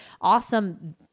awesome